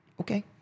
Okay